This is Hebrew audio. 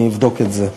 אני אבדוק את זה.